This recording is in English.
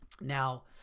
Now